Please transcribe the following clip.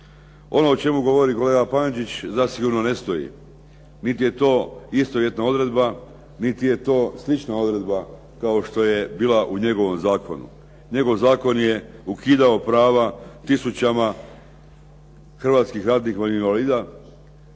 Ono o čemu govori kolega Pančić zasigurno ne stoji. Niti je to istovjetna odredba, niti je to slična odredba kao što je bila u njegovom zakonu. Njegov zakon je ukidao prava tisućama hrvatskih ratnih vojnih invalida,